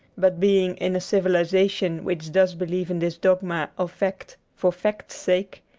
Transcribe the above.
but being in a civilization which does believe in this dogma of fact for fact's sake,